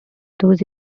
those